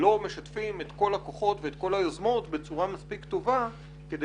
לא משתפים את כל הכוחות והיוזמות בצורה מספיק טובה כדי